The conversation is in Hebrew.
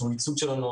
שהוא הייצוג שלנו,